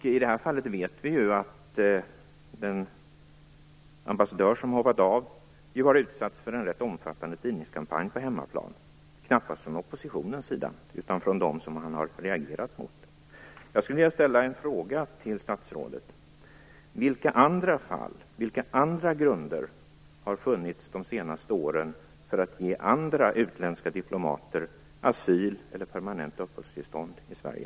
I detta fall vet vi att den ambassadör som hoppade av har utsatts för en rätt omfattande tidningskampanj på hemmaplan - knappast från oppositionens sida, utan från dem som han har reagerat emot. Jag skulle vilja ställa en fråga till statsrådet. Vilka andra fall har funnits de senaste åren, och vilka andra grunder har funnits för att ge andra utländska diplomater asyl eller permanent uppehållstillstånd i Sverige?